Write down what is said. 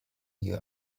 you